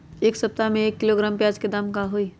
एक सप्ताह में एक किलोग्राम प्याज के दाम का होई?